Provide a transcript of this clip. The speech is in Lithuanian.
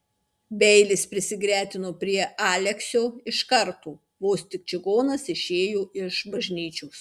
beilis prisigretino prie aleksio iš karto vos tik čigonas išėjo iš bažnyčios